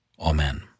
Amen